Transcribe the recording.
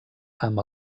amb